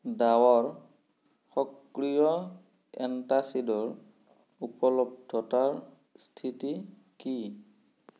ডাৱৰ সক্ৰিয় এন্টাচিডৰ উপলব্ধতাৰ স্থিতি কি